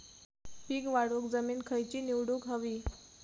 पीक वाढवूक जमीन खैची निवडुक हवी?